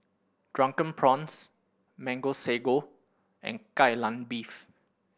Drunken Prawns Mango Sago and Kai Lan Beef